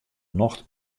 nocht